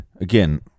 again